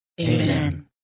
Amen